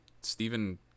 stephen